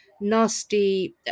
nasty